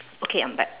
okay I'm back